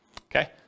Okay